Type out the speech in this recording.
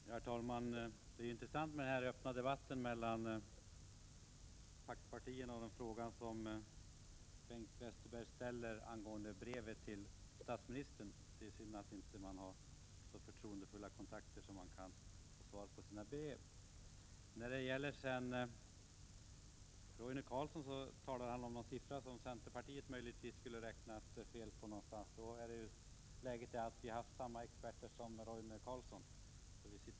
Herr talman! Det är intressant med den här öppna debatten mellan paktpartierna och den fråga som Bengt Westerberg ställer om brevet till statsministern. Det är synd att man inte har så förtroendefulla kontakter att man kan få svar på sina brev. Beträffande den siffra som centerpartiet enligt Roine Carlsson möjligtvis skulle ha beräknat felaktigt, vill jag säga att vi har haft samma experter som Roine Carlsson.